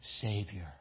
Savior